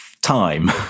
time